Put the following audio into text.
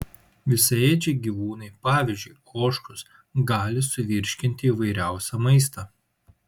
visaėdžiai gyvūnai pavyzdžiui ožkos gali suvirškinti įvairiausią maistą